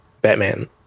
batman